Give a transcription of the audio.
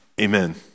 amen